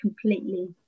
completely